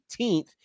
18th